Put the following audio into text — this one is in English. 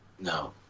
No